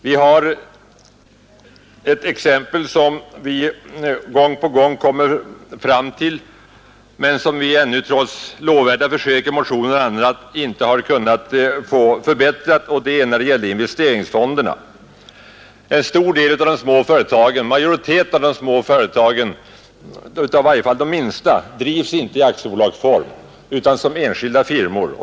Det finns exempelvis en fråga som vi gång på gång kommer tillbaka till men där vi ännu, trots lovvärda försök i motioner och på annat sätt, inte har kunnat få någon förbättring, och den gäller investeringsfonderna. Majoriteten av de små företagen — i varje fall av de minsta — drivs inte i aktiebolagsform utan som enskilda firmor.